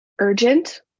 Urgent